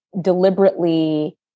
deliberately